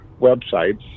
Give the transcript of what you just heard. websites